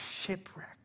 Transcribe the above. shipwreck